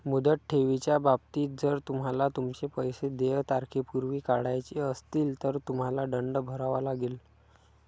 मुदत ठेवीच्या बाबतीत, जर तुम्हाला तुमचे पैसे देय तारखेपूर्वी काढायचे असतील, तर तुम्हाला दंड भरावा लागेल